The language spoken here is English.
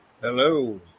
Hello